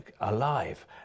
alive